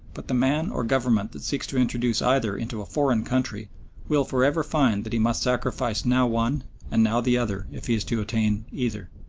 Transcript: but the man or government that seeks to introduce either into a foreign country will for ever find that he must sacrifice now one and now the other if he is to attain either.